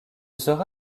sera